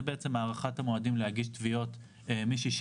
זה בעצם הארכת המועדים להגיד תביעות מ-60